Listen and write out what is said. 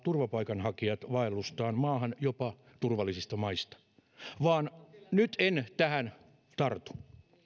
turvapaikanhakijat vaellustaan maahan jopa turvallisista maista vaan nyt en tähän tartu